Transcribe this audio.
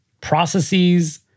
processes